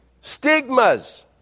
Stigmas